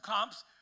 comps